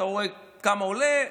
אתה רואה כמה עולה,